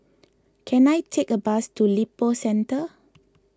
can I take a bus to Lippo Centre